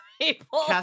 people